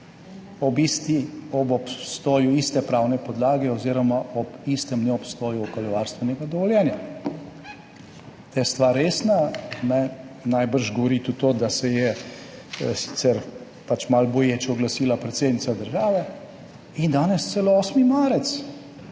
ob obstoju iste pravne podlage oziroma ob istem neobstoju okoljevarstvenega dovoljenja. Da je stvar resna, najbrž govori tudi to, da se je, sicer malo boječe, oglasila predsednica države in danes celo 8. marec.